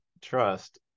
trust